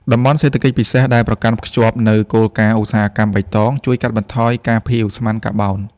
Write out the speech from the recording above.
តំបន់សេដ្ឋកិច្ចពិសេស ដែលប្រកាន់ខ្ជាប់នូវគោលការណ៍ "ឧស្សាហកម្មបៃតង" ជួយកាត់បន្ថយការភាយឧស្ម័នកាបូន។